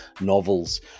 novels